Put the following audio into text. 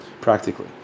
practically